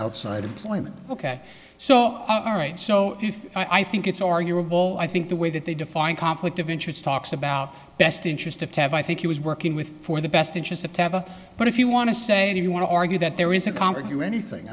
outside employment ok so right so if i think it's arguable i think the way that they define conflict of interest talks about best interest of tab i think he was working with for the best interest of tampa but if you want to say if you want to argue that there is a convert you anything